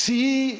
See